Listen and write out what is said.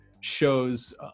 shows